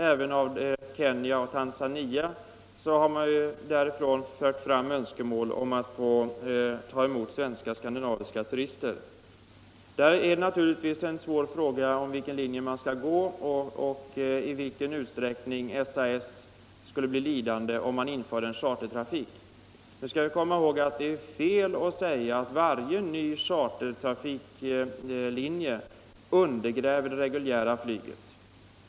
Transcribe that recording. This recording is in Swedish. Även från Kenya och Tanzania har det framförts önskemål om att få ta emot svenska och skandinaviska turister. Vilken linje man skall följa och i vilken utsträckning SAS skulle bli lidande om man införde chartertrafik är naturligtvis en svår fråga. Men vi skall komma ihåg att det är fel att säga att varje ny chartertrafiklinje undergräver det reguljära flygets verksamhet.